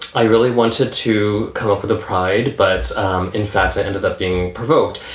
i really wanted to come up with a pride. but in fact, i ended up being provoked.